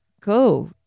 go